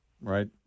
right